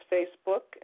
Facebook